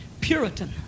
Puritan